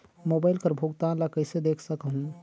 Mobile कर भुगतान ला कइसे देख सकहुं?